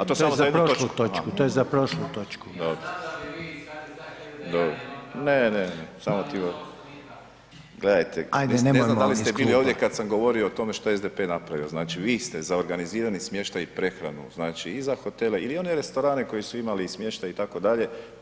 A to samo za prošlu točku [[Upadica: To je za prošlu točku.]] dobro, ne, ne, [[Upadica: Ajde nemojmo.]] gledajte ne znam da li ste bili ovdje kad sam govorio što je SDP napravio, znači vi ste za organizirani smještaj i prehranu, znači i za hotele ili one restorane koji su imali i smještaj